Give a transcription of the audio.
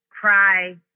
cry